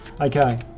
Okay